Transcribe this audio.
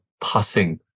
passing